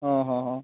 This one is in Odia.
ଅଃ ହଃ